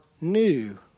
new